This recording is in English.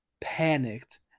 panicked